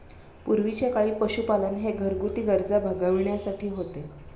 पूर्वीच्या काळी पशुपालन हे घरगुती गरजा भागविण्यासाठी होते